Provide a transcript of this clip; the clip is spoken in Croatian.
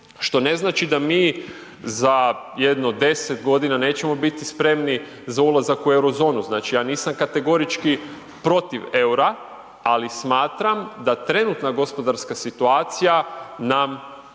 što ne znači da mi za jedno 10 g. nećemo biti spremni za ulazak u Euro zonu, znači ja nisam kategorički protiv eura ali smatram da trenutka gospodarska situacija nam to ne